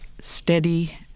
steady